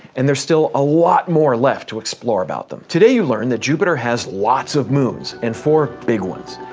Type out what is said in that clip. and there's still a lot more left to explore about them. today you learned that jupiter has lots of moons, and four big ones.